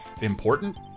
important